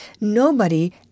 Nobody